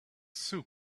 soup